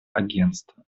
агентства